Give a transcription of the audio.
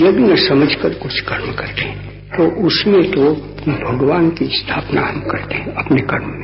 यदि हम समझ कर कुछ कर्म करते हैं तो उसमें तो हम भगवान की स्थापना हम करते हैं अपने कर्म में